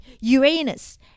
Uranus